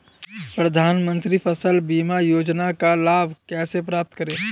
प्रधानमंत्री फसल बीमा योजना का लाभ कैसे प्राप्त करें?